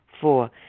Four